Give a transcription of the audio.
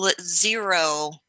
zero